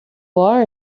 are